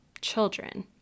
children